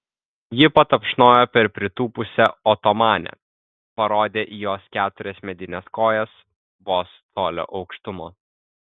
ji patapšnojo per pritūpusią otomanę parodė į jos keturias medines kojas vos colio aukštumo